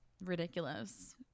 ridiculous